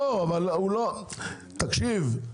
תקשיב,